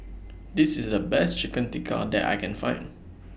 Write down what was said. This IS The Best Chicken Tikka that I Can Find